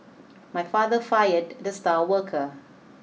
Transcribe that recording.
my father fired the star worker